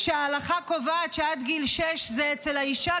שההלכה קובעת שעד גיל שש זה אצל האישה,